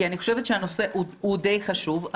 כי אני חושבת שהנושא הוא דיי חשוב.